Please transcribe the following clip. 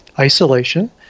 isolation